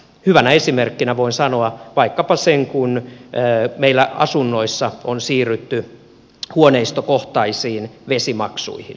hyvänä esimerkkinä voin sanoa vaikkapa sen kun meillä asunnoissa on siirrytty huoneistokohtaisiin vesimaksuihin